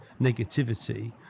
negativity